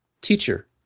Teacher